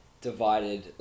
divided